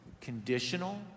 conditional